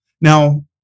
Now